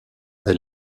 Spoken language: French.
est